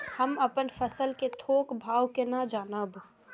हम अपन फसल कै थौक भाव केना जानब?